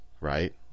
right